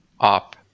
up